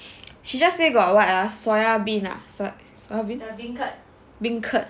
she just say got what ah soya bean soya soya beancurd